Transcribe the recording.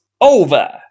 over